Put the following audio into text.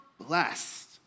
blessed